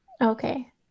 Okay